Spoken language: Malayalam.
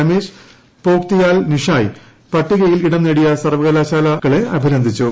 രമേശ് പോക്തിയാൽ നിഷായ് പട്ടികയിൽ ഇടം നേടിയ സർവകലാശാലകളെ അഭിനന്ദിച്ചു